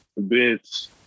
Bitch